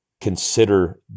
consider